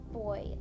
boy